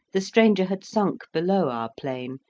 the stranger had sunk below our plane,